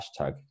hashtag